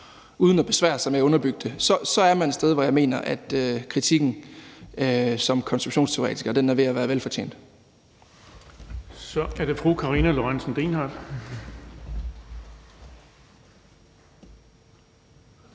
uden at besvære sig med at underbygge det, så er man et sted, hvor jeg mener, at kritikken for at være konspirationsteoretiker er ved at være velfortjent.